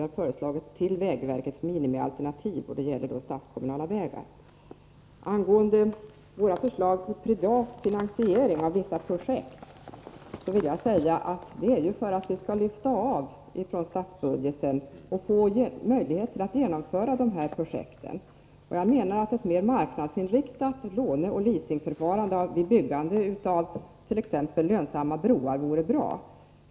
Vårt förslag motsvarar vägverkets minimialternativ vad gäller statskommunala vägar. Angående våra förslag till privat finansiering av vissa projekt vill jag säga att syftet är att avlasta statsbudgeten och att skapa möjligheter att genomföra projekten. Jag menar att ett mera marknadsinriktat låneoch leasingförfarande vid byggande av t.ex. lönsamma broar vore bra.